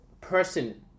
person